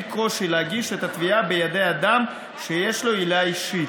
קושי להגיש את התביעה בידי אדם שיש לו עילה אישית.